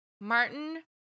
Martin